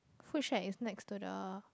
food shack is next to the